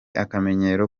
akamenyero